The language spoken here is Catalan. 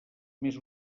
més